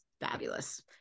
fabulous